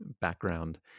background